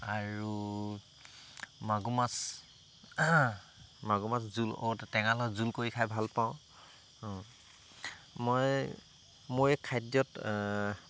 আৰু মাগুৰ মাছ মাগুৰ মাছ জোল ঔটেঙাৰ লগত জোল কৰি খাই ভাল পাওঁ মই মই এই খাদ্যত